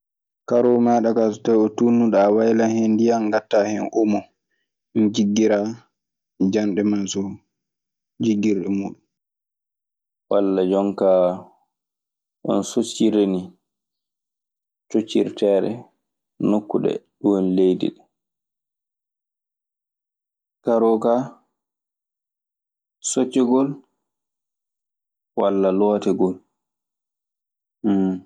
Karoo maaɗa kaa so tawii o tunnunɗo a waylan hen ndiyam, ngattaa hen omo njiggiraa. Janɗe maa so jiggir ɗe muuɗum. Walla jonkaa- coccirteeɗe nokku ɗee. Ɗun woni leydi ɗee. Karoo kaa, soccagol walla lootagol.